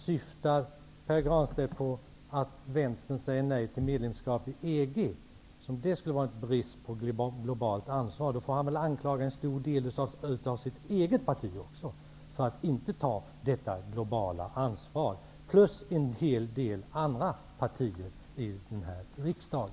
Syftar Pär Granstedt på att vänstern säger nej till medlemskap i EG? Skulle det vara brist på globalt ansvar? Då får han väl anklaga en stor del av sitt eget parti också för att inte ta detta globala ansvar, plus en del andra partier i den här riksdagen.